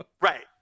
Right